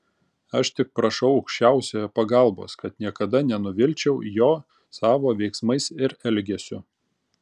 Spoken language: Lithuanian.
aš tik prašau aukščiausiojo pagalbos kad niekada nenuvilčiau jo savo veiksmais ir elgesiu